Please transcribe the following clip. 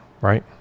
right